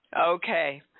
Okay